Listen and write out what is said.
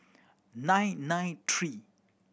nine nine three